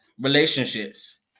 relationships